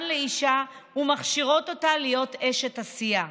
לאישה ומכשירות אותה להיות אשת עשייה.